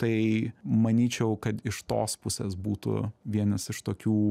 tai manyčiau kad iš tos pusės būtų vienas iš tokių